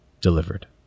Delivered